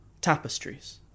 tapestries